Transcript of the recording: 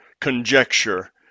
conjecture